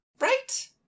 Right